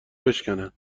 بشکنن